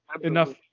enough